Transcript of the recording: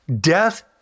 death